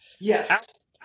Yes